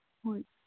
ꯍꯣꯏ